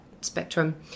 spectrum